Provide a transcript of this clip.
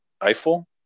Eiffel